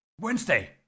Wednesday